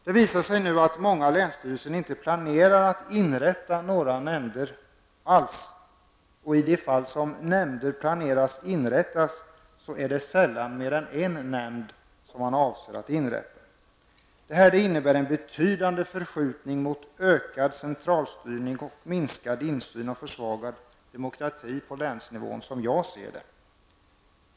Det visar sig nu att många länsstyrelser inte planerar att inrätta några nämnder, och i de fall som detta planeras är det sällan fråga om mer än en. Det innebär, som jag ser det, en betydande förskjutning mot ökad centralstyrning, minskad insyn och försvagad demokrati på länsnivå.